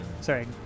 Sorry